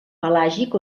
pelàgic